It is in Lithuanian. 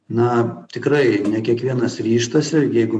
na tikrai ne kiekvienas ryžtasi jeigu